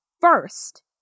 first